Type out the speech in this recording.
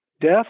death